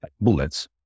bullets